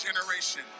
generation